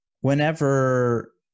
whenever